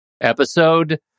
episode